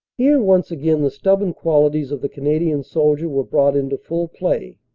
here once again the stubborn quali ties of the canadian soldier were brought into full play,